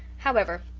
however,